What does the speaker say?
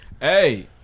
Hey